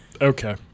Okay